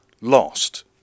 lost